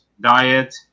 diet